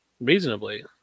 reasonably